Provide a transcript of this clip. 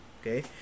okay